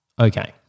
Okay